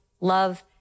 love